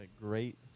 great